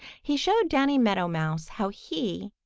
he showed danny meadow mouse how he,